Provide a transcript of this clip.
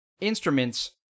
Instruments